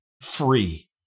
free